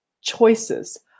choices